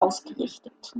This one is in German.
ausgerichtet